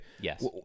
Yes